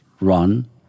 run